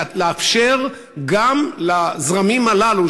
ולאפשר גם לזרמים הללו,